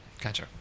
Gotcha